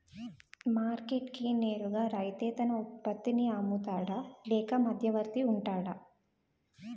Market కి నేరుగా రైతే తన ఉత్పత్తి నీ అమ్ముతాడ లేక మధ్యవర్తి వుంటాడా?